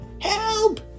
Help